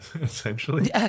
essentially